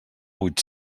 vuit